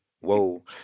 Whoa